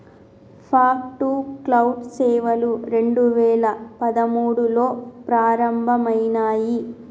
fog to cloud సేవలు రెండు వేల పదమూడులో ప్రారంభమయినాయి